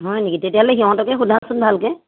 হয় নেকি তেতিয়াহ'লে সিহঁতকে সোধাচোন ভালকৈ